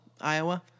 Iowa